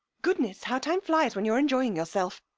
goodness, how time flies when you're enjoying yourself.